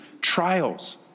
trials